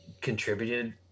contributed –